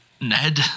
Ned